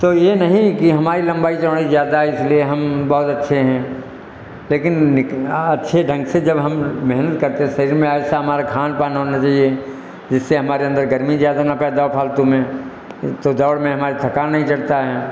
तो ये नहीं कि हमारी लम्बाई चौड़ाई ज़्यादा है इसलिए हम बहुत अच्छे हैं लेकिन निकलना अच्छे ढंग से जब हम मेहनत करते थे शरीर में ऐसा हमारा खान पान होना चहिए जिससे हमारे अंदर गर्मी न पैदा हो फ़ालतू में तो दौड़ में हमारे थकान नहीं चढ़ता है